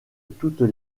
toutes